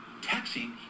texting